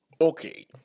Okay